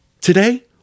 Today